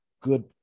good